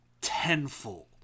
tenfold